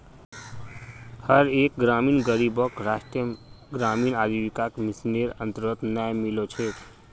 हर एक ग्रामीण गरीबक राष्ट्रीय ग्रामीण आजीविका मिशनेर अन्तर्गत न्याय मिलो छेक